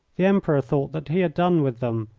the emperor thought that he had done with them,